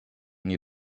need